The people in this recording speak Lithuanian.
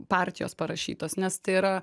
partijos parašytos nes tai yra